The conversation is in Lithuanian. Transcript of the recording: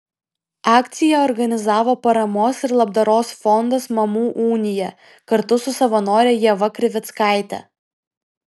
akciją organizavo paramos ir labdaros fondas mamų unija kartu su savanore ieva krivickaite